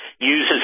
uses